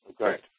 Okay